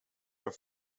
are